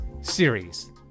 series